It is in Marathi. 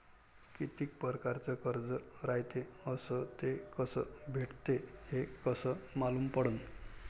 कितीक परकारचं कर्ज रायते अस ते कस भेटते, हे कस मालूम पडनं?